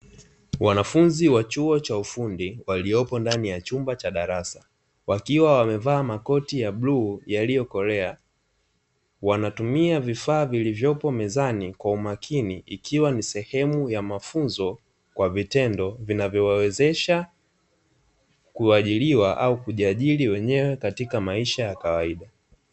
Wanafunzi wa chuo cha ufundi waliopo ndani ya chumba cha darasa, wakiwa wamevaa makoti ya bluu yaliyo kolea. Wanatumia vifaa vilivyopo mezani kwa umakini ikiwa ni sehemu ya mafunzo kwa vitendo vinavyowawezesha kuajiliwa au kujiajiri wenyewe katika maisha ya kawaida.